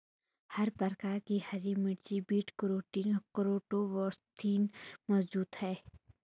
हर प्रकार की हरी मिर्चों में बीटा कैरोटीन क्रीप्टोक्सान्थिन मौजूद हैं